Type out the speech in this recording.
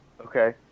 Okay